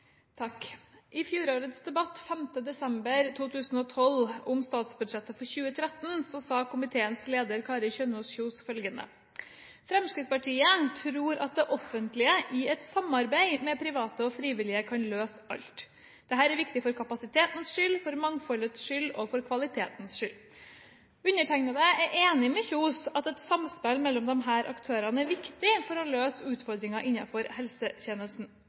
I fjorårets debatt 5. desember 2012 om statsbudsjettet for 2013 sa komiteens leder, Kari Kjønaas Kjos, følgende: «Fremskrittspartiet tror at det offentlige i samarbeid med private og frivillige kan løse alt. Dette er viktig for kapasitetens skyld, for mangfoldets skyld og for kvalitetens skyld.» Jeg er enig med Kjønaas Kjos i at et samspill mellom disse aktørene er viktig for å løse utfordringer innenfor helsetjenesten.